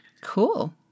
Cool